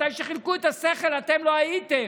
כשחילקו את השכל אתם לא הייתם.